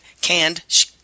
canned